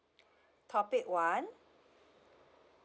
topic one